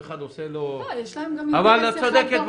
לא, יש להם גם אינטרס אחד ברור.